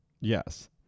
yes